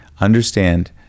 Understand